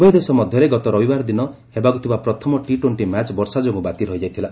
ଉଭୟ ଦେଶ ମଧ୍ୟରେଗ ଗତ ରବିବାର ଦିନ ହେବାକୁ ଥିବା ପ୍ରଥମ ଟି ଟୋର୍ଣ୍ଣି ମ୍ୟାଚ୍ ବର୍ଷା ଯୋଗୁଁ ବାତିଲ ହୋଇଯାଇଥିଲା